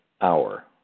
hour